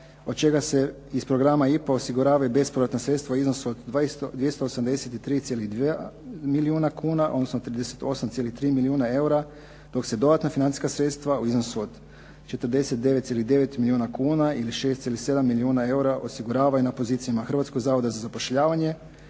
od čega se iz programa IPA osiguravaju bespovratna sredstva u iznosu od 283,2 milijuna kuna odnosno 38,3 milijuna eura dok se dodatna financijska sredstva u iznosu od 49,9 milijuna kuna ili 6,7 milijuna eura osiguravaju na pozicijama Hrvatskog zavoda za zapošljavanje